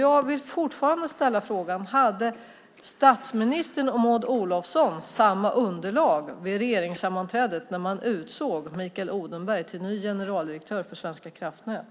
Jag vill fortfarande ställa frågan: Hade statsministern och Maud Olofsson samma underlag vid regeringssammanträdet när man utsåg Mikael Odenberg till ny generaldirektör för Svenska kraftnät?